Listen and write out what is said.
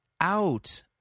out